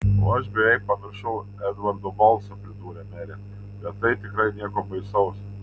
o aš beveik pamiršau edvardo balsą pridūrė merė bet tai tikrai nieko baisaus